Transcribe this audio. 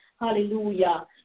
hallelujah